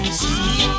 see